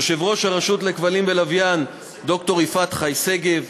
ליושבת-ראש המועצה לשידורי כבלים ולוויין ד"ר יפעת בן-חי שגב,